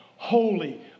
Holy